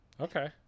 Okay